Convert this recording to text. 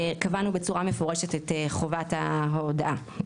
קבענו בצורה מפורשת את חובת ההודעה.